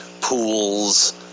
pools